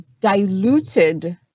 diluted